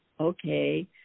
okay